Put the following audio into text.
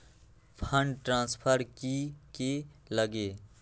Fund transfer कि की लगी?